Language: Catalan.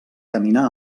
caminar